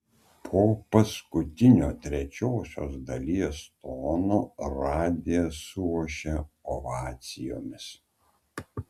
po paskutinio trečios dalies tono radijas suošia ovacijomis